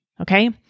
Okay